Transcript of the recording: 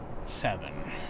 seven